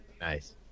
Nice